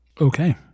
Okay